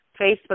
Facebook